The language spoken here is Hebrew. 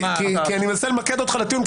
אני מנסה למקד אותך לטיעון,